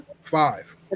five